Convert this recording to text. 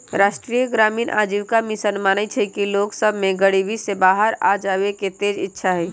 राष्ट्रीय ग्रामीण आजीविका मिशन मानइ छइ कि लोग सभ में गरीबी से बाहर आबेके तेज इच्छा हइ